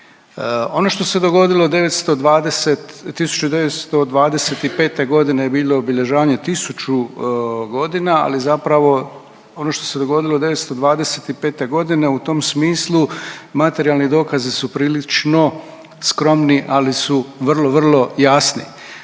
Ono što se dogodilo 920, 1925. godine bilo je obilježavanje 1000 godina, ali zapravo ono što se dogodilo 925 godine u tom smislu materijalni dokazi su prilično skromni, ali su vrlo, vrlo jasni,